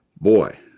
Boy